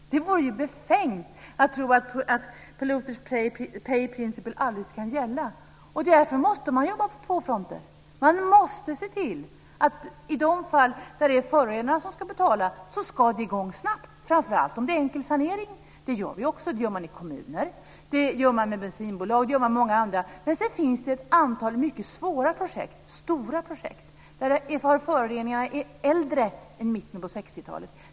Det vore befängt att tro att polluter pays principle aldrig ska gälla. Därför måste man jobba på två fronter. I de fall där det är förorenaren som ska betala måste man se till att det kommer i gång snabbt, framför allt om det är en enkel sanering. Det gör vi också. Det gör man i kommuner, med bensinbolag och många andra. Men sedan finns det ett antal stora, mycket svåra projekt där föroreningarna är äldre än från mitten av 60-talet.